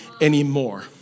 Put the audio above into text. anymore